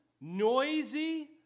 noisy